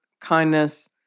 kindness